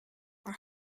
are